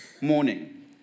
morning